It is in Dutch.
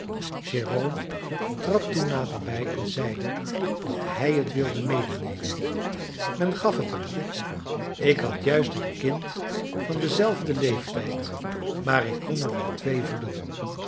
jérôme trad toen naderbij en zeide dat hij het wilde medenemen men gaf het hem ik had juist een kind van denzelfden leeftijd maar ik kon er wel twee voeden